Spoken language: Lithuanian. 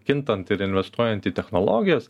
kintant ir investuojant į technologijas